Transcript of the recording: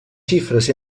xifres